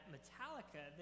Metallica